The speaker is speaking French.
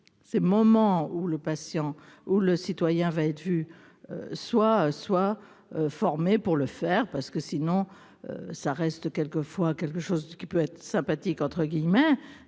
ces moments où le patient ou le citoyen va être vu soient soient formés pour le faire, parce que sinon ça reste quelque fois quelque chose de ce qui peut être sympathique, entre guillemets,